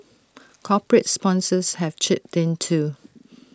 corporate sponsors have chipped in too